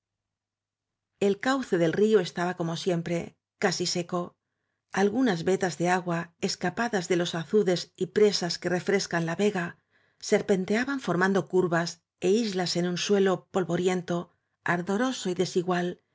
el cauce del río estaba como siempre casi seco algunas vetas de agua escapadas de los azudes y presas que refrescan la vega serpen teaban formando curvas é islas en un suelo polvoriento ardoroso y desigual